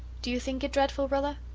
do you think it dreadful, rilla?